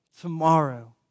tomorrow